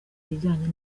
bijyanye